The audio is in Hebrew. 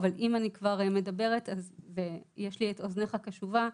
אבל אם אני כבר מדברת ויש לי את אוזנך הקשובה,